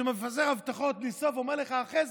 שמפזר הבטחות בלי סוף ואומר לך אחרי